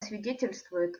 свидетельствует